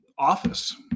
office